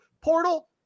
portal